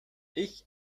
ich